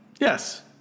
Yes